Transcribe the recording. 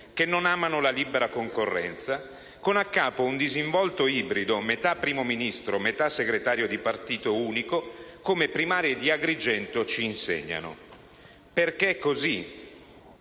che non amano la libera concorrenza, con a capo un disinvolto ibrido, metà Primo Ministro, metà segretario di partito unico, come le primarie di Agrigento ci insegnano. È così.